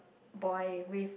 boy with